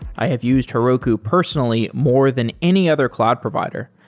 i have used herroku personally more than any other cloud provider.